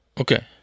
Okay